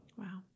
wow